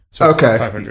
Okay